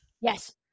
Yes